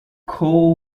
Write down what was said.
coal